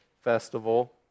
festival